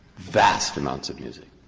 vast amounts of music.